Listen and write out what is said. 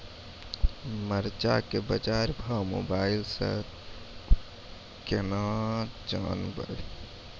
मरचा के बाजार भाव मोबाइल से कैनाज जान ब?